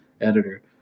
editor